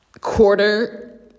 Quarter